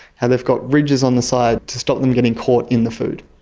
how they've got ridges on the sides to stop them getting caught in the food.